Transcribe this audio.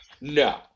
No